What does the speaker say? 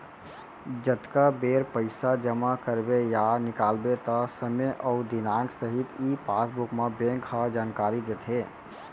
जतका बेर पइसा जमा करबे या निकालबे त समे अउ दिनांक सहित ई पासबुक म बेंक ह जानकारी देथे